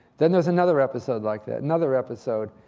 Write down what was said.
then, there's another episode like that, another episode.